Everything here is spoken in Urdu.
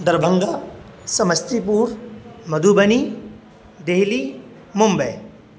دربھنگا سمستی پور مدھوبنی دلی ممبئی